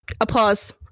applause